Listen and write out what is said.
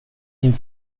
min